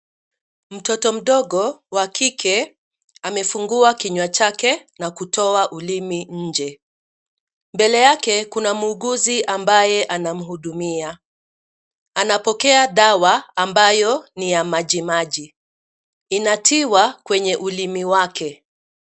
Mtoto mdogo wa kike amefungua kinywa chake na kutoa ulimi nje. Mbele yake kuna muuguzi ambaye anamhudumia, anapokea dawa ambayo ni ya majimaji inatiwa kwenye ulimi yake.